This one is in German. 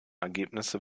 ergebnisse